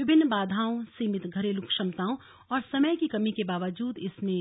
विभिन्न बाधाओं सीमित घरेलू क्षमताओं और समय की कमी के बावजूद इसने